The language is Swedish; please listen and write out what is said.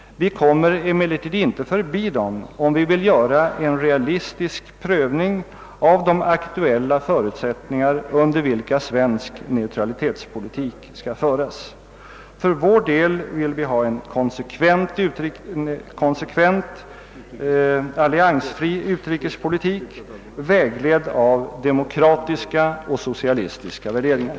Vi kommer emellertid inte förbi dem om vi vill göra en realistisk prövning av de aktuella förutsättningar under vilka svensk neutralitetspolitik skall föras. För vår del vill vi ha en konsekvent alliansfri utrikespolitik, vägledd av demokratiska och socialistiska värderingar.